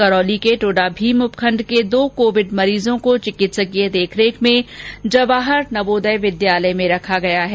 करौली के टोडाभीम उपखंड के दो कोविड मरीजो को चिकित्सकीय देखरेख में जवाहर नवोदय विद्यालय में रखा गया है